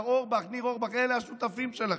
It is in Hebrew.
מר אורבך, ניר אורבך, אלה השותפים שלכם,